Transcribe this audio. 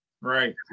Right